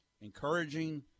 encouraging